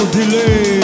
delay